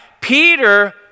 Peter